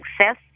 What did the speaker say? success